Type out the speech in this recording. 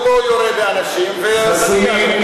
שהוא לא יורה באנשים ומגיע לו.